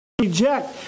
reject